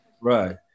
Right